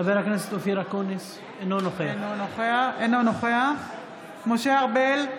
אינו נוכח משה ארבל,